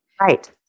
Right